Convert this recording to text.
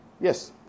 Yes